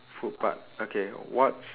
food part okay what's